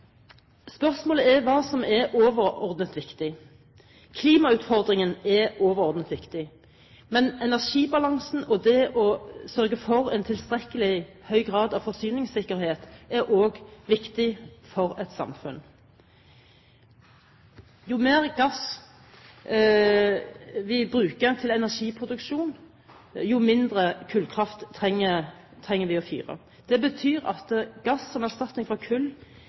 Spørsmålet er hva som er overordnet viktig. Klimautfordringen er overordnet viktig, men energibalansen og det å sørge for en tilstrekkelig høy grad av forsyningssikkerhet er også viktig for et samfunn. Jo mer gass vi bruker til energiproduksjon, jo mindre kullkraft trenger vi for å fyre. Det betyr at gass som erstatning for kull